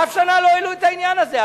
אף שנה לא העלו את העניין הזה.